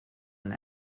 and